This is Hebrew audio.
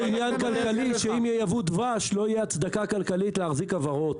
יש פה עניין כלכלי שאם ייבאו דבש לא תהיה הצדקה כלכלית להחזיק כוורות.